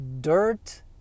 dirt